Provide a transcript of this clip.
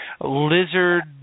lizard